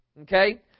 Okay